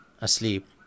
asleep